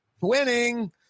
Winning